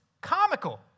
comical